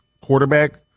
quarterback